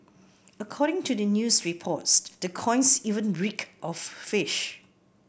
according to the news reports the coins even reeked of fish